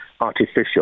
artificial